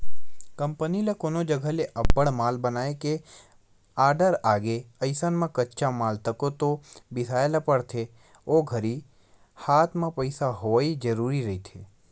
company ल कोनो जघा ले अब्बड़ माल बनाए के आरडर आगे अइसन म कच्चा माल तको तो बिसाय ल परथे ओ घरी हात म पइसा होवई जरुरी रहिथे